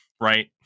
right